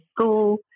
school